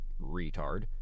retard